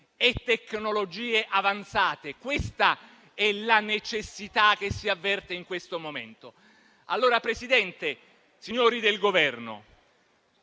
e tecnologie avanzate. Questa è la necessità che si avverte in questo momento.